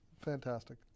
fantastic